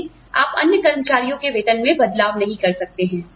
लेकिन आप अन्य कर्मचारियों के वेतन में बदलाव नहीं करते हैं